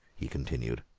he continued.